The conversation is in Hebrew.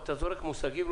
אתה זורק מושגים.